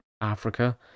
Africa